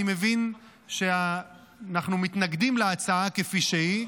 אני מבין שאנחנו מתנגדים להצעה כפי שהיא.